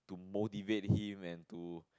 motivate him into